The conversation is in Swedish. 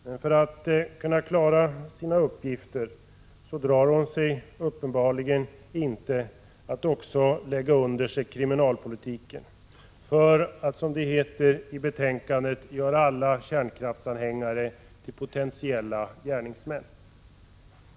Men för att kunna klara sina uppgifter drar hon sig uppenbarligen inte för att lägga under sig kriminalpolitiken för att, som det heter i betänkandet, göra alla kärnkraftsanhängare till potentiella lagöverträdare.